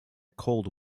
cold